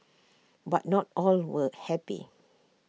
but not all were happy